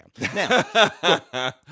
Now